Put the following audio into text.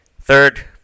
Third